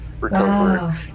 recovery